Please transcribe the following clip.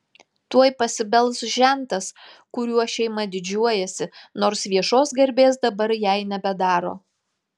tuoj pasibels žentas kuriuo šeima didžiuojasi nors viešos garbės dabar jai nebedaro